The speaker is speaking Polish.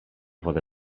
wodę